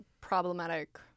problematic